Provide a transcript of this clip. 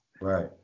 Right